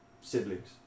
siblings